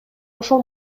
ошол